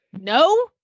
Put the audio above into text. No